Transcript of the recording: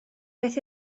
beth